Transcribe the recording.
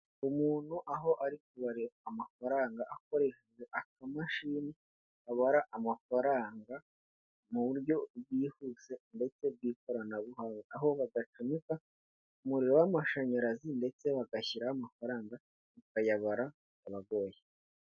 Umuntu aho ari kubara amafaranga akoresheje akamashini, abara amafaranga mu buryo bwihuse ndetse bw'ikoranabuhanga aho bagacomeka umuriro w'amashanyarazi ndetse bagashyiraho amafaranga bakayabara bitabagoye.